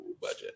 budget